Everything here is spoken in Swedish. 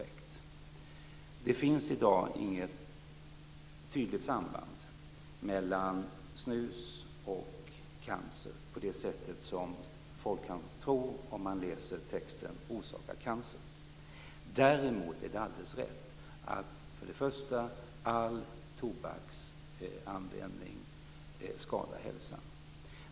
Det finns i dag inget tydligt samband mellan snus och cancer på det sätt som människor kan tro, om de får läsa texten "orsakar cancer". Däremot är det till att börja med alldeles rätt att all tobaksanvändning skadar hälsan.